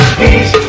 peace